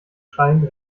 schreiend